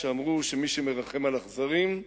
שאמרו שמי שמרחם על אכזרים,